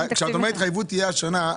את אומרת שההתחייבות תהיה השנה,